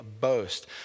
boast